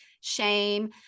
shame